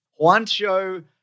Juancho